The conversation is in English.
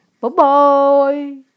Bye-bye